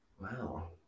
Wow